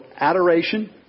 adoration